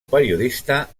periodista